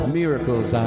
miracles